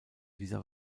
dieser